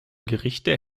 gerichte